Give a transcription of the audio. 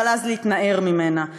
אבל אז להתנער ממנה.